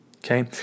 Okay